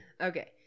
Okay